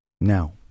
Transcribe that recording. Now